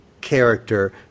character